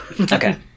Okay